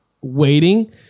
waiting